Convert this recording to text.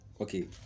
Okay